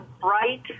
bright